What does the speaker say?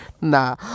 Nah